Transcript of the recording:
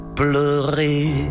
pleurer